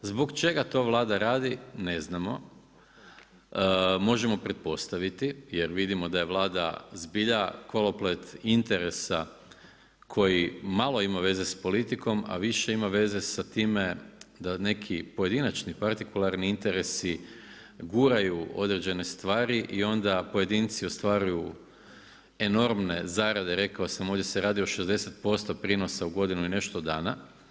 Zbog čega to Vlada radi ne znamo, možemo pretpostaviti jer vidimo da je Vlada zbilja koloplet interesa koji malo ima veze sa politikom a više ima veze sa time da neki pojedinačni partikularni interesi guraju određene stvari i onda pojedinci ostvaruju enormne zarade, rekao sam, ovdje se radi o 60% prinosa u godinu i nešto dana.